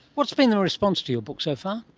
what's been the response to your book so far?